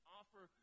offer